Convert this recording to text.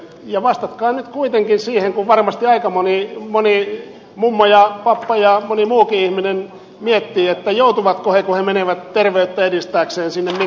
vastatkaa nyt kuitenkin siihen kun varmasti aika moni mummo ja pappa ja moni muukin ihminen miettii joutuvatko he maksamaan kun menevät terveyttä edistääkseen mittauttamaan verenpainettaan